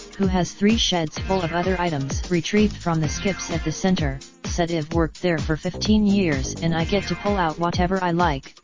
who has three sheds full of other items retrieved from the skips at the centre, said ive worked there for fifteen years and i get to pull out whatever i like,